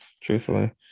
truthfully